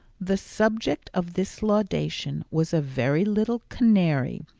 the subject of this laudation was a very little canary,